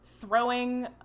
throwing